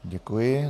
Děkuji.